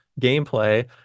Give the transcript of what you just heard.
gameplay